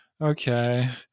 okay